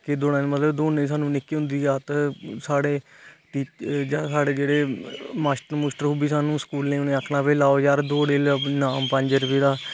के दौड़ा दे ना मतलब दोड़ने दी सानू निक्के होंदे दी आदत साढ़े जेहडे़ मास्टर ओह्बी सानू स्कूलें च उन्हे सानू आखना हां भाई लैओ यार दौड़ी इनाम पंज रपये दा